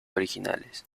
originales